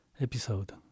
episode